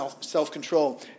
self-control